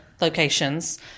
locations